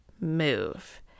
move